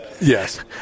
Yes